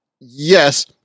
yes